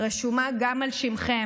אתם שבעים ומושחתים.